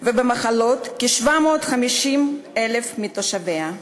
ובמחלות כ-750,000 מתושביה.